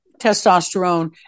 testosterone